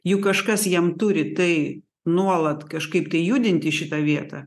juk kažkas jam turi tai nuolat kažkaip tai judinti šitą vietą